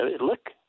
Look